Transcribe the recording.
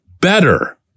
better